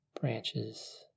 branches